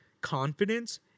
confidence